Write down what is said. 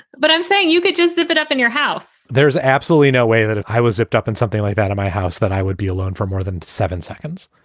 but i'm saying you could just give it up in your house there is absolutely no way that if i was ripped up in something like that in my house, that i would be alone for more than seven seconds.